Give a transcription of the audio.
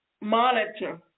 monitor